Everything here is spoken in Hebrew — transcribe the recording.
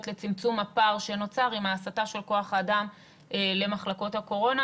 לצמצום הפער שנוצר עם ההסטה של כוח האדם למחלקות הקורונה.